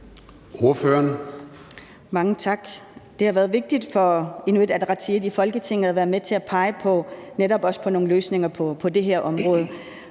Inuit Ataqatigiit i Folketinget at være med til at pege på nogle løsninger på det her område.